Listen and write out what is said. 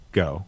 go